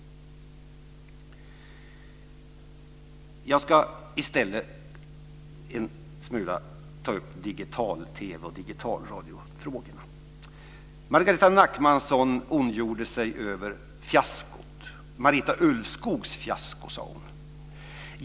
Jag ska i stället ta upp digital-TV och digitalradiofrågorna en smula. Margareta Nachmanson ondgjorde sig över fiaskot. Hon talade om Marita Ulvskogs fiasko.